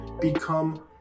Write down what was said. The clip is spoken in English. become